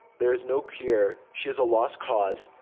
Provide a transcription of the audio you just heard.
there is no cure. she is a lost cause.